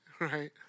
right